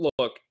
look